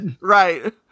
Right